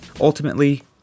Ultimately